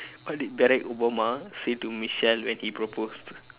what did barack obama say to michelle when he proposed